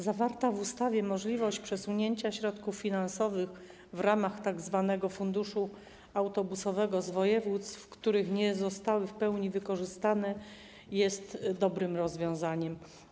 Zawarta w ustawie możliwość przesunięcia środków finansowych w ramach tzw. funduszu autobusowego z województw, w których nie zostały one w pełni wykorzystane, jest dobrym rozwiązaniem.